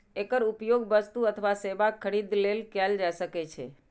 एकर उपयोग वस्तु अथवा सेवाक खरीद लेल कैल जा सकै छै